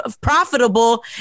profitable